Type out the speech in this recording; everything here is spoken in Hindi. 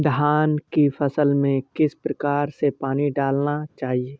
धान की फसल में किस प्रकार से पानी डालना चाहिए?